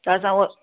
त असां हुव